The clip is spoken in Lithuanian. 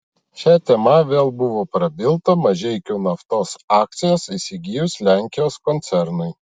šia tema vėl buvo prabilta mažeikių naftos akcijas įsigijus lenkijos koncernui